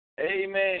Amen